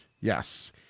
Yes